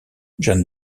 jeanne